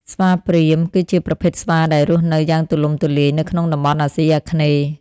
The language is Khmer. ស្វាព្រាហ្មណ៍ គឺជាប្រភេទស្វាដែលរស់នៅយ៉ាងទូលំទូលាយនៅក្នុងតំបន់អាស៊ីអាគ្នេយ៍។